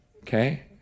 Okay